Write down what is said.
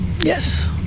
Yes